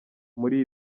muri